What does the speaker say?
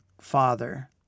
father